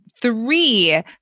three